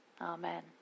Amen